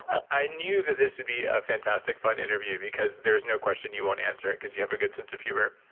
i knew that this would be a fantastic, fun interview because there is no question you won't answer it because you have a good sense of humor.